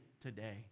today